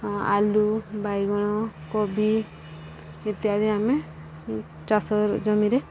ଆଳୁ ବାଇଗଣ କୋବି ଇତ୍ୟାଦି ଆମେ ଚାଷ ଜମିରେ